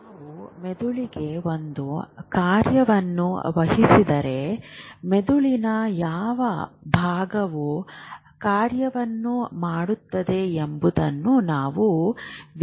ನಾವು ಮೆದುಳಿಗೆ ಒಂದು ಕಾರ್ಯವನ್ನು ಒದಗಿಸಿದರೆ ಮೆದುಳಿನ ಯಾವ ಭಾಗವು ಕಾರ್ಯವನ್ನು ಮಾಡುತ್ತದೆ ಎಂಬುದನ್ನು ನಾವು ವಿಶ್ಲೇಷಿಸಬಹುದು